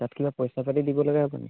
তাত কিবা পইচা পাতি দিব লগা হ'বনি